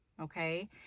okay